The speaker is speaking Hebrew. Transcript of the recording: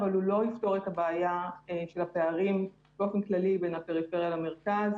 אבל הוא לא יפתור את הבעיה של הפערים באופן כללי בין הפריפריה למרכז